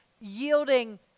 yielding